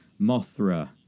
Mothra